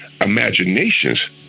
imaginations